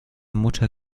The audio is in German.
mutter